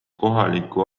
kohaliku